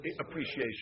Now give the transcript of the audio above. appreciation